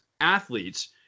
athletes